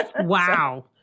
Wow